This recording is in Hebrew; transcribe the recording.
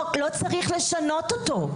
לא צריך לשנות אותו.